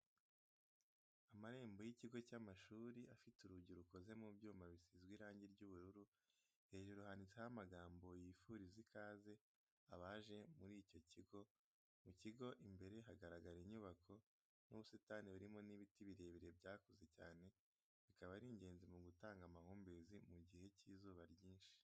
Amarembo y'ikigo cy'amashuri afite urugi rukoze mu byuma byasizwe irangi ry'ubururu hejuru handitseho amagambo yifuriza ikaze abaje mu icyo kigo, mu kigo imbere hagaragara inyubaako n'ubusitani burimo n'ibiti birebire byakuze cyane bikaba ari ingenzi mu gutanga amahumbezi mu gihe cy'izuba ryinshi.